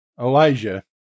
elijah